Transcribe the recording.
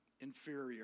inferior